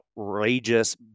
outrageous